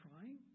trying